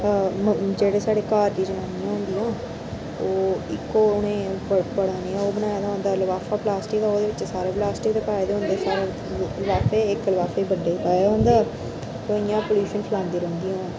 जेह्ड़े साढ़े घर दी जनानियां होंदियां ओह् इक्को उ'नेंगी पता नी ओह बनाए दा होंदा लफाफा प्लास्टिक दा ओहदे बिच्च सारा प्लास्टिक ते पाए दा होंदे सारे लफाफे इक लफाफे च बड्डे पाए दा होंदा ओह् इ'यां पलुशन फलांदियां रौंह्दियां